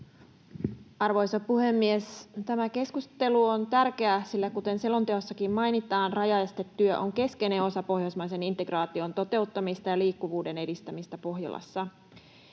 Arvoisa puhemies! Tämä keskustelu on tärkeä, sillä kuten selonteossakin mainitaan, rajaestetyö on keskeinen osa pohjoismaisen integraation toteuttamista ja liikkuvuuden edistämistä Pohjolassa.